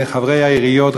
חברי העיריות,